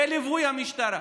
בליווי המשטרה.